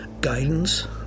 guidance